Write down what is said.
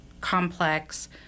complex